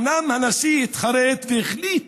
אומנם הנשיא התחרט והחליט